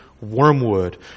Wormwood